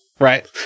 Right